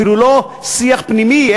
אפילו לא שיח פנימי,